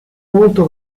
molto